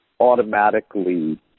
automatically